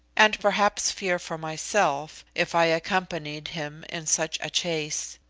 and perhaps fear for myself, if i accompanied him in such a chase.